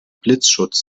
blitzschutz